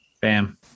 Bam